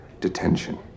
detention